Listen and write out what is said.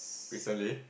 recently